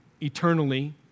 eternally